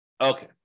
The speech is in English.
Okay